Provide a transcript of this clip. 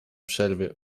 przerwie